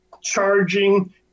charging